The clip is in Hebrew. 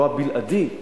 לא הבלעדי.